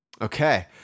Okay